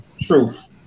truth